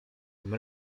tym